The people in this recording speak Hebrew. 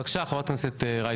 בבקשה, חברת הכנסת רייטן.